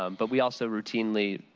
um but we also routinely,